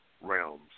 realms